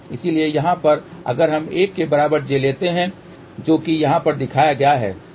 इसलिए यहाँ पर अगर हम 1 के बराबर j लेते हैं जो कि यहाँ पर दिखाया गया है